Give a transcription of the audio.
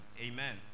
Amen